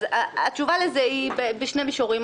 התשובה לזה היא בשני מישורים.